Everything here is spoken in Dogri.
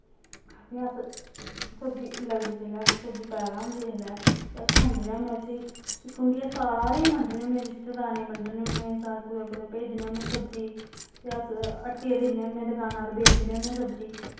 फ्ही अस सब्जी लगदी जिसलै सब्जी पैदा होंदी जिसलै अस खुंडने होने उस्सी फिर खुंडियै सारें बंडने होने रिश्तेदारें बंडने होने स कुतै कुतै भेजने होने सब्जी फ्ही अस हट्टिया दिन्ने होने दुकान पर बेचने होने सब्जी